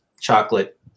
chocolate